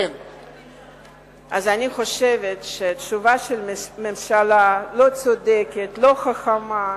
אני חושבת שהתשובה של הממשלה לא צודקת, לא חכמה,